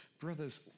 Brothers